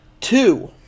two